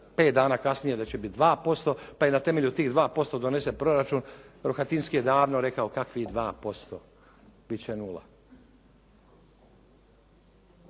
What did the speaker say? dana kasnije da će biti 2%, pa je na temelju tih 2% donesen proračun. Rohatinski je davno rekao kakvih 2%. Bit će nula.